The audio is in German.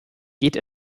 geht